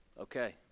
okay